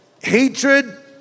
hatred